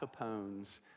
Capone's